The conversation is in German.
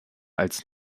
als